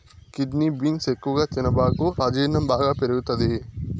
kidney beans ఎక్కువగా తినబాకు అజీర్ణం బాగా పెరుగుతది